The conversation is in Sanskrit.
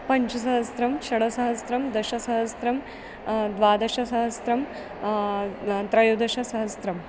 पञ्चसहस्रं षड्सहस्रं दशसहस्रं द्वादशसहस्रं न त्रयोदशसहस्रम्